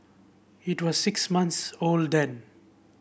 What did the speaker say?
it was six months old then